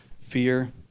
fear